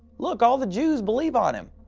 look, all the jews believe on him!